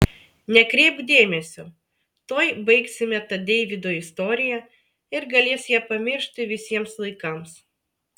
nekreipk dėmesio tuoj baigsime tą deivydo istoriją ir galės ją pamiršti visiems laikams